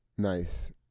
Nice